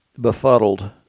befuddled